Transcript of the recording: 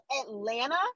Atlanta